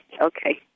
Okay